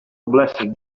blessing